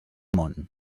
món